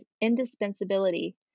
indispensability